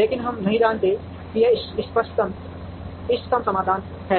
लेकिन हम नहीं जानते कि यह इष्टतम समाधान है